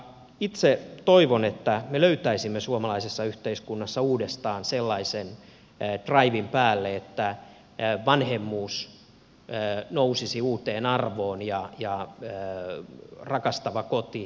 itse toivon että me löytäisimme suomalaisessa yhteiskunnassa uudestaan sellaisen draivin päälle että vanhemmuus rakastava koti ja välittäminen nousisivat uuteen arvoon